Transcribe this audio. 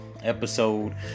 episode